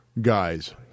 guys